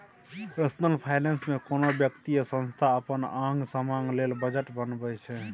personal finance मे कोनो बेकती या संस्था अपन आंग समांग लेल बजट बनबै छै